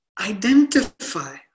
identify